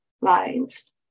lives